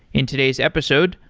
in today's episode,